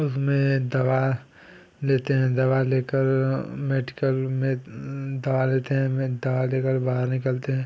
उसमें दवा लेते हैं दवा लेकर मेडिकल में दवा लेते हैं में दवा लेकर बाहर निकलते हैं